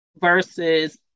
versus